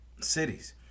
cities